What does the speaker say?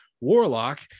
warlock